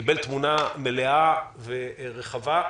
קיבל תמונה מלאה ורחבה.